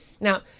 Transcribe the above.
Now